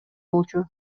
болчу